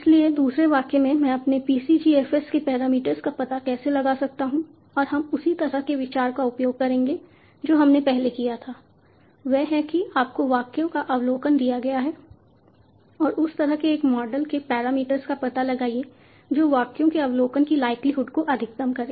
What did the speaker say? इसलिए दूसरे शब्दों में मैं अपने PCGFs के पैरामीटर्स का पता कैसे लगा सकता हूं और हम उसी तरह के विचार का उपयोग करेंगे जो हमने पहले किया था वह है कि आपको वाक्यों का अवलोकन दिया गया है और उस तरह के एक मॉडल के पैरामीटर्स का पता लगाइए जो वाक्यों के अवलोकन की लाइक्लीहुड को अधिकतम करें